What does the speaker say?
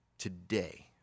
today